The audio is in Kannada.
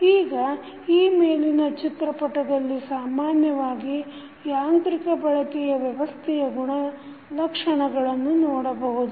ಈಗ ಈ ಮೇಲಿನ ಚಿತ್ರಪಟದಲ್ಲಿ ಸಾಮಾನ್ಯವಾಗಿ ಯಾಂತ್ರಿಕ ಬಳಕೆಯ ವ್ಯವಸ್ಥೆಯ ಗುಣಲಕ್ಷಣಗಳನ್ನು ನೋಡಬಹುದು